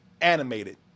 animated